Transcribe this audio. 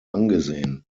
angesehen